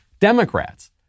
Democrats